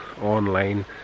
online